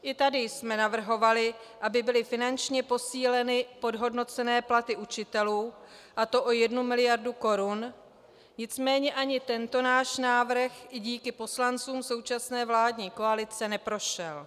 I tady jsme navrhovali, aby byly finančně posíleny podhodnocené platy učitelů, a to o jednu miliardu korun, nicméně ani tento náš návrh i díky poslancům současné vládní koalice neprošel.